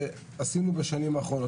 שעשינו בשנים האחרונות.